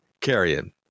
carrying